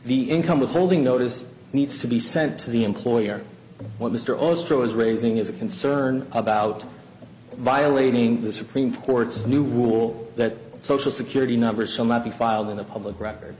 the income withholding notice needs to be sent to the employer what mr austro is raising is a concern about violating the supreme court's new rule that social security number so might be filed in the public record